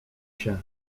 się